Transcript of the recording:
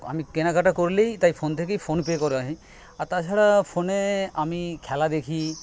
আমি কেনাকাটা করলেই তাই ফোন থেকে ফোন পে করে আর তাছাড়া ফোনে আমি খেলা দেখি